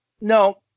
no